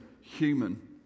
human